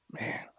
Man